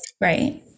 right